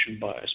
bias